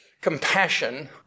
compassion